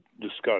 discussed